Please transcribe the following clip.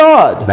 God